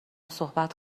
صحبت